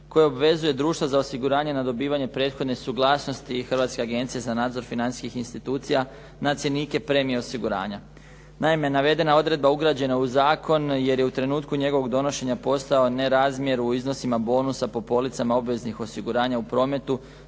koji obvezuje društvo za osiguranje na dobivanje prethodne suglasnosti Hrvatske agencije za nadzor financijskih institucija na cjenike premija osiguranja. Naime, navedena odredba ugrađena u zakon jer je u trenutku njegovog donošenja postao ne razmjer u iznosima bonusa po policama obveznih osiguranja u prometu,